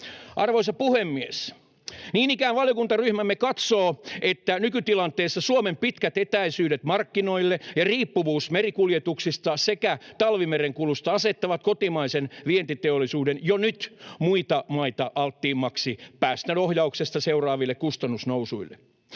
Arvoisa puhemies! Niin ikään valiokuntaryhmämme katsoo, että nykytilanteessa Suomen pitkät etäisyydet markkinoille ja riippuvuus merikuljetuksista sekä talvimerenkulusta asettavat kotimaisen vientiteollisuuden jo nyt muita maita alttiimmaksi päästöohjauksesta seuraaville kustannusnousuille.